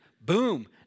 boom